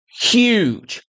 huge